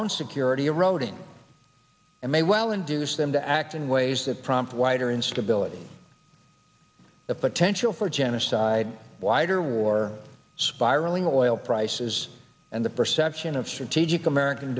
d security eroding and may well induce them to act in ways that prompt wider instability the potential for genocide wider war spiraling oil prices and the perception of strategic american